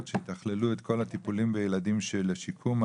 שיתכללו את כל הטיפולים בילדים שצריכים שיקום,